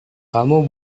kamu